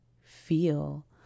feel